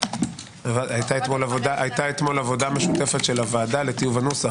הייתה אתמול עבודה משותפת של הוועדה לטיוב הנוסח,